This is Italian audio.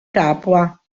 capua